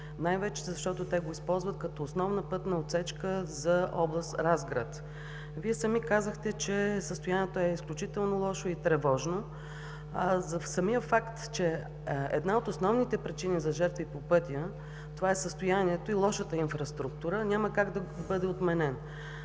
най-вече, защото те го използват като основна пътна отсечка за област Разград. Вие сами казахте, че състоянието е изключително лошо и тревожно. Самият факт, че една от основните причини за жертви по пътя, това е състоянието и лошата инфраструктура, няма как да бъде отменен.